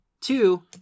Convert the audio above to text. Two